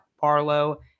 Barlow